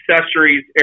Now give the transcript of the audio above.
accessories